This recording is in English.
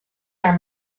are